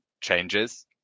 changes